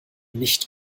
nicht